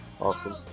Awesome